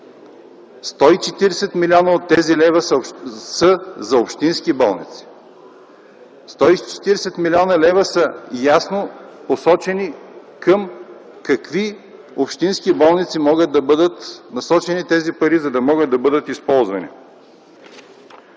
–140 милиона от тези пари са за общински болници. Сто и четиридесет милиона лева са ясно посочени към какви общински болници могат да бъдат насочени, за да могат да бъдат използвани